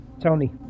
Tony